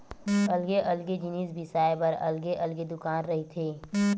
अलगे अलगे जिनिस बिसाए बर अलगे अलगे दुकान रहिथे